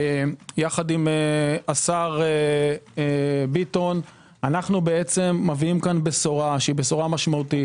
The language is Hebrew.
יחד עם השר ביטון אנו מביאים פה בשורה משמעותית.